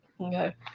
Okay